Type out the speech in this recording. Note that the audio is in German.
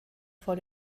vor